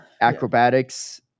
acrobatics